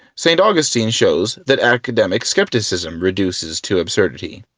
st. augustine shows that academic skepticism reduces to absurdity.